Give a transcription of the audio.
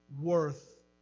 worth